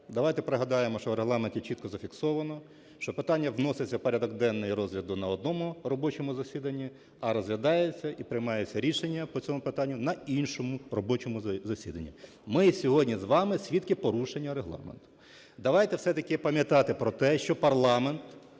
Давайте пригадаємо, що в Регламенті чітко зафіксовано, що питання вноситься в порядок денний розгляду на одному робочому засіданні, а розглядається і приймається рішення по цьому питанню на іншому робочому засіданні. Ми сьогодні з вами свідки порушення Регламенту. Давайте, все-таки, пам'ятати про те, що парламент